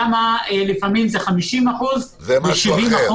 שם לפעמים זה 50%, 70%,